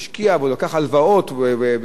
ועד שהגיע למצב הזה,